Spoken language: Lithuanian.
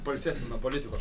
pailsėsim nuo politikos